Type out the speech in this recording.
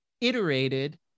iterated